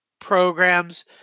programs